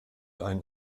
einen